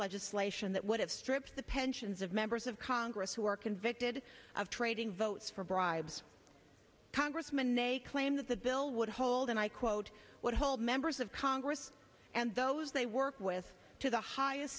legislation that would have stripped the pensions of members of congress who are convicted of trading votes for bribes congressman a claim that the bill would hold and i quote would hold members of congress and those they work with to the highest